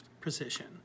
position